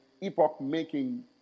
epoch-making